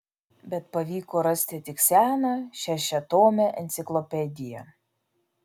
bet pavyko rasti tik seną šešiatomę enciklopediją